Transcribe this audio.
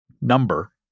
number